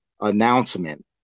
announcement